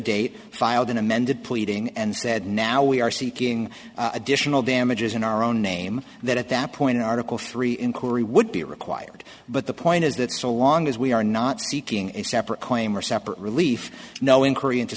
date filed an amended pleading and said now we are seeking additional damages in our own name that at that point in article three inquiry would be required but the point is that so long as we are not seeking a separate coiner separate relief no inquiry into